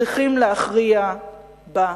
צריכים להכריע בה.